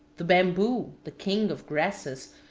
the bamboo, the king of grasses,